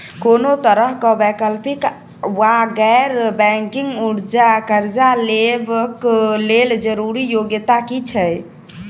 कोनो तरह कऽ वैकल्पिक वा गैर बैंकिंग कर्जा लेबऽ कऽ लेल जरूरी योग्यता की छई?